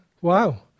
Wow